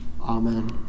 Amen